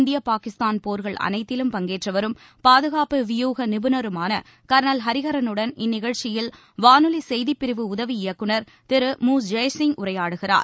இந்திய பாகிஸ்தான் போர்கள் அனைத்திலும் பங்கேற்றவரும் பாதுகாப்பு வியூக நிபுணருமான கா்ளல் ஹரிஹரனுடன் இந்நிகழ்ச்சியில் வானொலி செய்திப்பிரிவு உதவி இயக்குனர் திரு மு ஜெயசிங் உரையாடுகிறார்